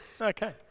Okay